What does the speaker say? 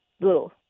Blue